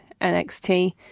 NXT